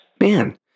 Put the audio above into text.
Man